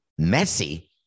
Messi